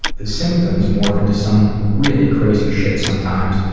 the symptoms morph into some really crazy shit sometimes,